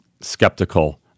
skeptical